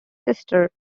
sister